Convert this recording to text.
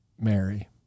Mary